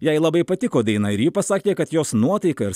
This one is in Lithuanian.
jai labai patiko daina ir ji pasakė kad jos nuotaika ir